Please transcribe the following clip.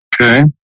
Okay